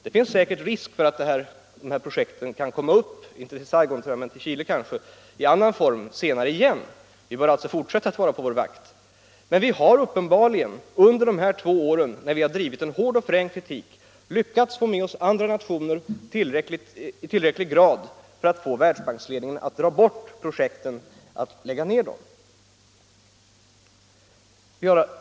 Det finns säkert risk för att de här projekten —- inte när det gäller Saigon, men kanske Chile —- kan komma upp i annan form senare igen. Vi bör alltså fortsätta att vara på vår vakt. Men vi har uppenbarligen under de här två åren då vi drivit en hård och frän kritik lyckats få med oss andra nationer i tillräcklig grad för att få Världsbanksledningen att lägga ned projekten.